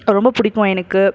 ரொம்ப பிடிக்கும் எனக்கு